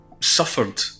suffered